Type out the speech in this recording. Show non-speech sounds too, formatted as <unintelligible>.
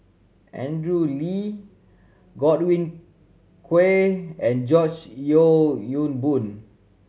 Andrew Lee Godwin <unintelligible> and George Yeo Yong Boon